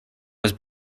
was